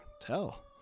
tell